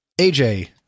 AJ